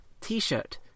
t-shirt